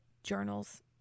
Journals